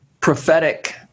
prophetic